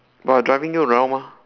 but I driving you around lah